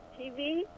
TV